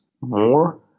more